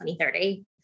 2030